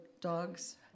dogs